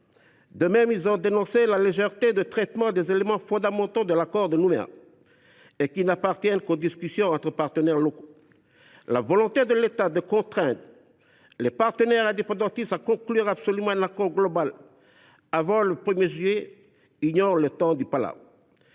De même, ils ont dénoncé la légèreté avec laquelle sont traités des éléments fondamentaux de l’accord de Nouméa, qui n’appartiennent qu’aux discussions entre partenaires locaux. La volonté de l’État de contraindre les partenaires indépendantistes à conclure absolument un accord global avant le 1 juillet ignore le temps du palabre.